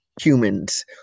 humans